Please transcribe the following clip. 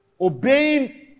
obeying